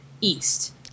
east